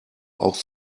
auch